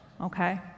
okay